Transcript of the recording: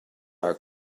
our